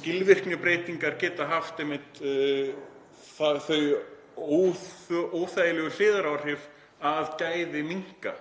Skilvirknibreytingar geta haft þau óþægilegu hliðaráhrif að gæði minnka.